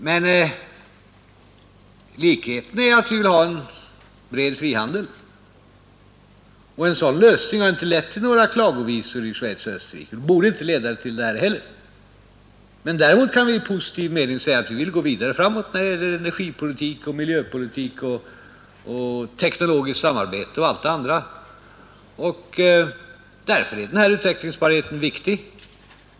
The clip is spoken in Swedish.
Men likheten är att vi vill ha en bred frihandel. En sådan lösning har inte lett till några klagovisor i Schweiz och Österrike och borde inte göra det här heller. Däremot kan vi i positiv mening säga att vi vill gå vidare framåt när det gäller energipolitik, miljöpolitik, teknologiskt samarbete och allt det andra. Därför är den här utvecklingsmöjligheten viktig.